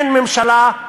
אין ממשלה,